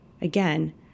again